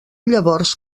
llavors